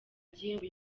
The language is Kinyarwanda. gihembo